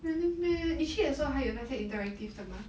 really meh 你去的时候还有那些 interactive 的吗